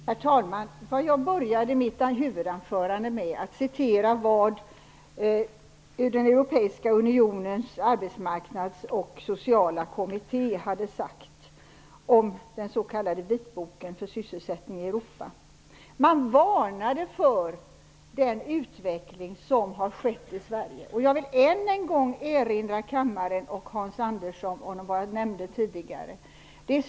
Herr talman! Jag började mitt huvudanförande med att citera vad den europeiska unionens arbetsmarknads och sociala kommitté hade sagt om den s.k. vitboken för sysselsättning i Europa. Man varnade för den utveckling som har skett i Sverige. Jag vill än en gång erinra kammaren och Hans Andersson om det som jag tidigare nämnde.